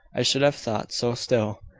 i should have thought so still.